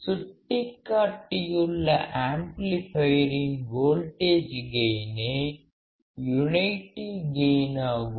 சுட்டிக்காட்டியுள்ள ஆம்ப்ளிபையரின் வோல்டேஜ் கெயினே யுனைடி கெயினாகும்